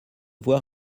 voir